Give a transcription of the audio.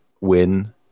win